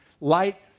Light